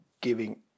giving